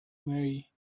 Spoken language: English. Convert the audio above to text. mary